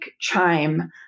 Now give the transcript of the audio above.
chime